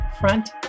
Front